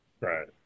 Right